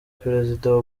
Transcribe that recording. perezida